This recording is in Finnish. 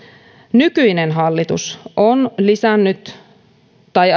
nykyinen hallitus on lisännyt tai